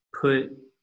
put